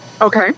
Okay